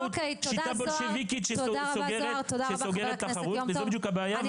שיטה בולשביקית שסוגרת תחרות וזו בדיוק הבעיה.